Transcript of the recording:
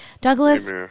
Douglas